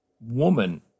woman